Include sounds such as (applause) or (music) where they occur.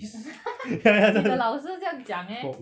(laughs) 你的老师这样讲 meh